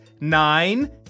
nine